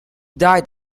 died